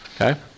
Okay